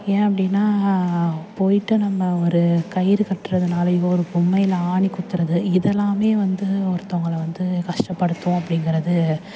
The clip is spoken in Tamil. ஏன் அப்படின்னா போய்ட்டு நம்ம ஒரு கயிறு கட்டுறதுனாலயோ ஒரு பொம்மையில் ஆணி குத்துவது இதெல்லாமே வந்து ஒருத்தங்கள வந்து கஷ்டப்படுத்தும் அப்டிங்கிறது